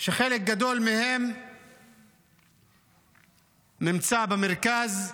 שחלק גדול מהם נמצא במרכז,